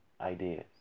ideas